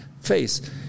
face